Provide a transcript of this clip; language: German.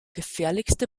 gefährlichste